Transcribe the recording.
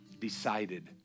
decided